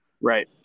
right